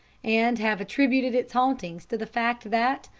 and have attributed its hauntings to the fact that,